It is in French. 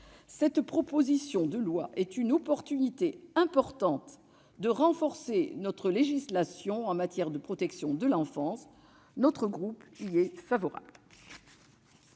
cette proposition de loi est une occasion importante de renforcer notre législation en matière de protection de l'enfance. Notre groupe y est favorable.